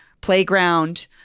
playground